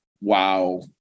wow